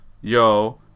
Yo